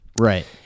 Right